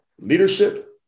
Leadership